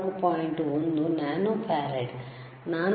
1 nano farad 461 464